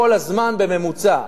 כל הזמן בממוצע.